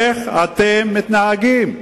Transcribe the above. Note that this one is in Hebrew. איך אתם מתנהגים?